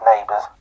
neighbors